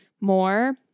more